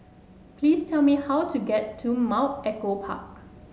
please tell me how to get to Mount Echo Park